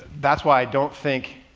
that's why i don't think,